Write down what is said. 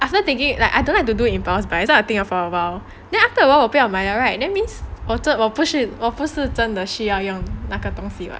I wasn't thinking like I don't like to do impulse buys then I think for awhile then after awhile 我不要买了 right then that means 我真我不是真的需要用那个东西 [what]